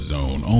Zone